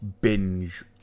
binge